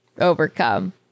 overcome